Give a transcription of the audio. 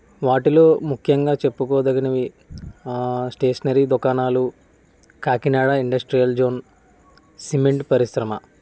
వాటిలో ముఖ్యంగా చెప్పుకోదగినవి స్టేషనరీ దుకాణాలు కాకినాడ ఇండస్ట్రియల్ జోన్ సిమెంట్ పరిశ్రమ